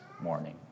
morning